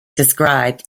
described